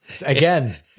Again